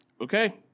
Okay